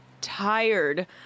tired